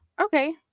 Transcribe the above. Okay